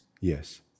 Yes